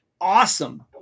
awesome